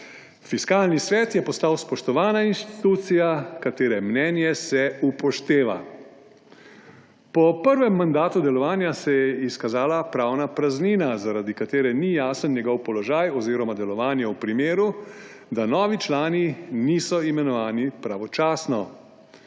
Fiskalni svet je postal spoštovana inštitucija, katere mnenje se upošteva. Po prvem mandatu delovanja se je izkazala pravna praznina, zaradi katere ni jasen njegov položaj oziroma delovanje v primeru, da novi člani niso imenovani pravočasno.